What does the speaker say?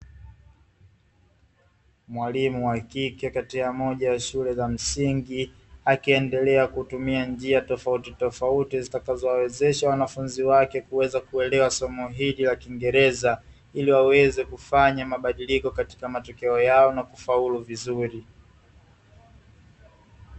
Mwalimu wa kike kati ya moja ya shule za msingi akiendelea kutumia njia tofauti tofauti zitakazowawezesha wanafunzi wake kuweza kuelewa somo hili la Kiingereza, ili waweze kufanya mabadiliko katika matokeo yao na kufaulu vizuri.